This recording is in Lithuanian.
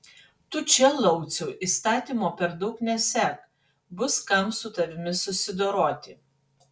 tu čia lauciau įstatymo per daug nesek bus kam su tavimi susidoroti